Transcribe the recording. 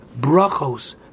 brachos